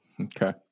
Okay